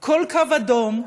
כל קו אדום,